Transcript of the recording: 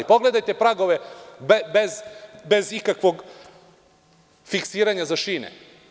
Pogledajte pragove bez ikakvog fiksiranja za šine.